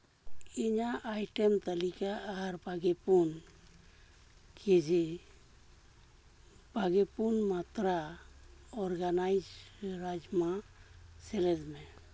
ᱤᱧᱟᱹᱜ ᱟᱭᱴᱮᱢ ᱛᱟᱹᱞᱤᱠᱟ ᱟᱨ ᱵᱟᱜᱮ ᱯᱩᱱ ᱠᱮᱡᱤ ᱵᱟᱜᱮ ᱯᱩᱱ ᱢᱟᱛᱨᱟ ᱚᱨᱜᱟᱱᱟᱭᱤᱥ ᱨᱟᱡᱽᱢᱟ ᱥᱮᱞᱮᱫ ᱢᱮ